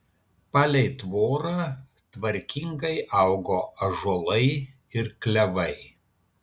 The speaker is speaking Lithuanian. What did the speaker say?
palei tvorą tvarkingai augo ąžuolai ir klevai